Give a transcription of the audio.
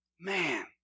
Man